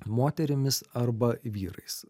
moterimis arba vyrais